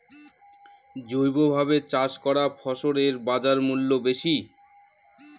জৈবভাবে চাষ করা ফসলের বাজারমূল্য বেশি